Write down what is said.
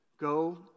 Go